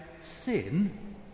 sin